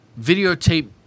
videotape